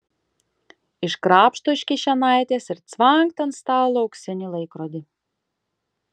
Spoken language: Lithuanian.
iškrapšto iš kišenaitės ir cvangt ant stalo auksinį laikrodį